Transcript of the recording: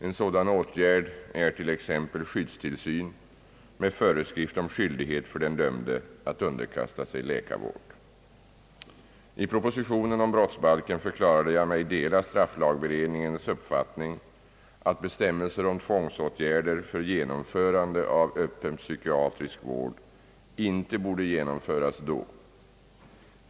En sådan åtgärd är t.ex. skyddstillsyn med föreskrift om skyldighet för den dömde att underkasta sig läkarvård. I propositionen om brottsbalken förklarade jag mig dela strafflagberedningens uppfattning att bestämmelser om tvångsåtgärder för genomförande av öppen psykiatrisk vård inte borde införas då.